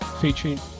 featuring